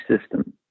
system